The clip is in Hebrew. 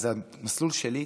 אז המסלול שלי,